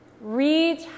Reach